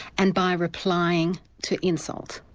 and by replying to insult.